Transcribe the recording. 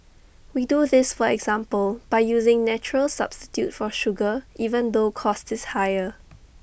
we do this for example by using natural substitute for sugar even though cost is higher